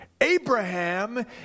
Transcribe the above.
Abraham